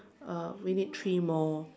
uh we need three more